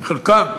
חלקן,